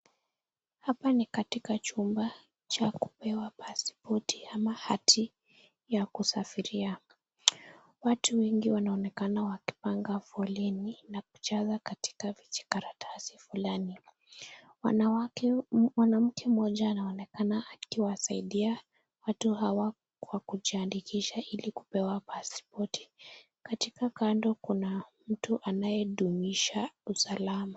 Hapa ni katika chumba cha kupewa pasipoti ama hati ya kusafiria, watu wengibwanaonekana wakipanga foleni na kujaza katika vijikaratasi fulani, mwanamke mmoja anaonekana akiwasaidia watu hawa kwa kujiandikisha ili wapewe pasipoti, katika kando kuna mtu anayedumisha usalama.